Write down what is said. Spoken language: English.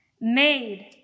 made